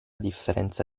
differenza